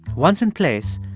once in place,